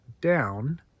down